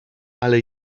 ale